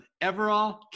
Everall